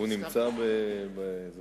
הוא נמצא בחופשה?